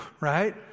right